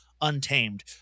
Untamed